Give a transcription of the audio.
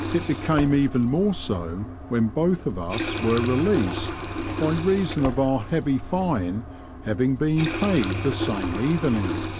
it became even more so when both of us were released by reason of our heavy fine having been paid the same evening.